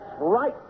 right